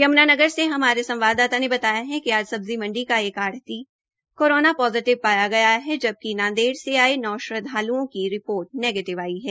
यम्नानगर से हमारे ंसवाददाता ने बताया कि आज सब्जी मंडी का एक आढ़ती कोरोना पोजिटिव पाया है जबकि नांदेड़ से आये नौ श्रदवालुओं की रिपोर्ट नेगीटिव् आई है